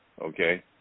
Okay